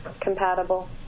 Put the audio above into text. compatible